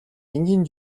энгийн